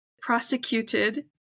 prosecuted